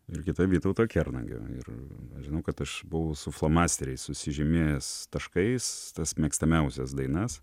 ir kita vytauto kernagio ir žinau kad aš buvau su flomasteriais susižymėjęs taškais tas mėgstamiausias dainas